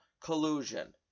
collusion